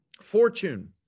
Fortune